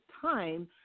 time